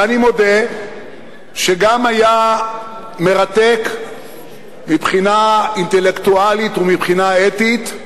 ואני מודה שגם היה מרתק מבחינה אינטלקטואלית ומבחינה אתית,